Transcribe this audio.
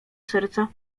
serca